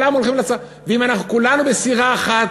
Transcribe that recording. ואם אנחנו כולנו בסירה אחת,